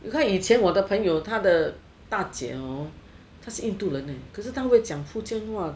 你看以前我的朋友他的大姐哦他是你印度人可是他们会讲福建话